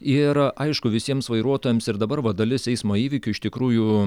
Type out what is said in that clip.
ir aišku visiems vairuotojams ir dabar va dalis eismo įvykių iš tikrųjų